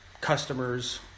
customers